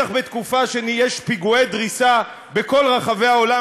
בטח בתקופה שיש פיגועי דריסה בכל רחבי העולם